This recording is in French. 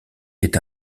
est